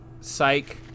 Psych